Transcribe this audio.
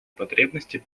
потребности